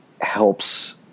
helps